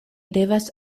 devas